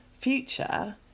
future